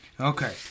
Okay